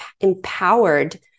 empowered